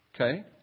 Okay